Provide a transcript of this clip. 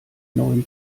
neuen